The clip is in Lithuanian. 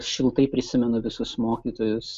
šiltai prisimenu visus mokytojus